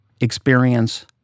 experience